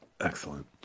Excellent